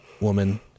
woman